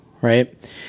right